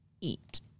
eat